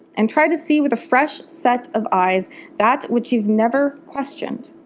and try to see with a fresh set of eyes that which you've never questioned.